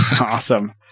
Awesome